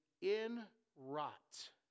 in-rot